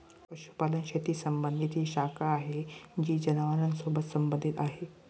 पशुपालन शेती संबंधी ती शाखा आहे जी जनावरांसोबत संबंधित आहे